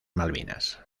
malvinas